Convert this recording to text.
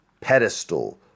pedestal